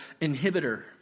inhibitor